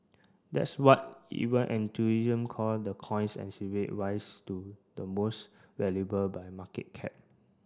that's what even call the coin's rise to the most valuable by market cap